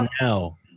now